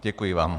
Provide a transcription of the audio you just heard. Děkuji vám.